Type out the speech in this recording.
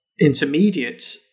intermediate